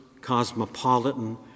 cosmopolitan